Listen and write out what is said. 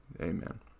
Amen